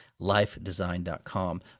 Lifedesign.com